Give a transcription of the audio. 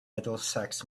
middlesex